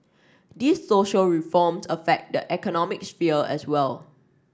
these social reforms affect the economic sphere as well